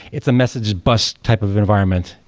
it's a message bus type of environment,